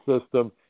system